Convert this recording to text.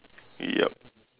ya